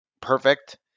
perfect